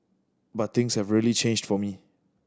but things have really changed for me